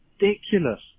ridiculous